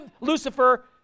Lucifer